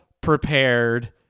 prepared